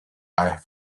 i’ve